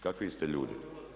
Kakvi ste ljudi?